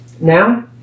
Now